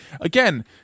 again